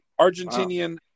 Argentinian